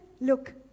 look